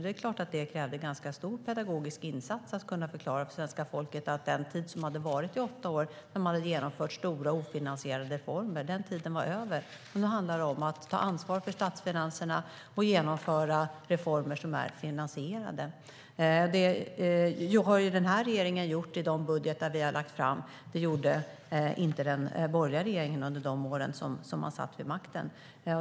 Det är klart att det krävde en ganska stor pedagogisk insats att förklara för svenska folket att den tid som hade varit i åtta år när man hade genomfört stora ofinansierade reformer var över. Nu handlar det om att ta ansvar för statsfinanserna och genomföra reformer som är finansierade. Det har den här regeringen gjort i de budgetar vi har lagt fram. Det gjorde inte den borgerliga regeringen under de år man satt vid makten.